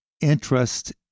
interest